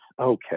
okay